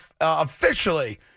officially